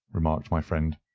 remarked my friend.